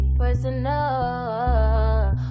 personal